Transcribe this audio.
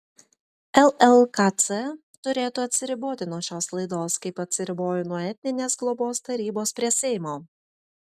llkc turėtų atsiriboti nuo šios laidos kaip atsiribojo nuo etninės globos tarybos prie seimo